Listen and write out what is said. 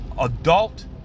Adult